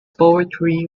poetry